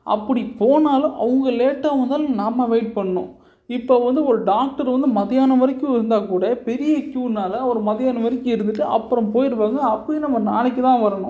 அப்படி போனாலும் அவங்க லேட்டாக வந்தாலும் நம்ம வெயிட் பண்ணணும் இப்போ வந்து ஒரு டாக்டர் வந்து மத்தியானம் வரைக்கும் இருந்தால் கூட பெரிய க்யூனால ஒரு மதியானம் வரைக்கும் இருந்துட்டு அப்புறம் போயிடுவாங்க அப்பவும் நம்ம நாளைக்கு தான் வரணும்